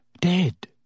dead